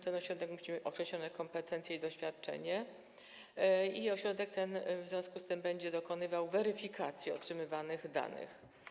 Ten ośrodek będzie miał określone kompetencje i doświadczenie i w związku z tym będzie dokonywał weryfikacji otrzymywanych danych.